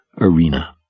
arena